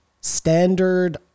standard